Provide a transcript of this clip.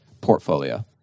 portfolio